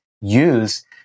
use